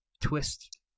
twist